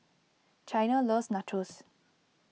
Chyna loves Nachos